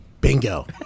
Bingo